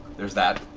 there's that.